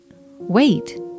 wait